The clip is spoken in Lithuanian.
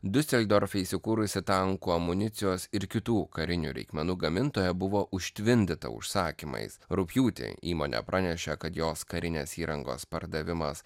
diuseldorfe įsikūrusi tankų amunicijos ir kitų karinių reikmenų gamintoja buvo užtvindyta užsakymais rugpjūtį įmonė pranešė kad jos karinės įrangos pardavimas